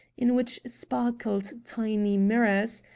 in which sparkled tiny mirrors,